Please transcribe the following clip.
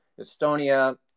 Estonia